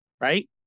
right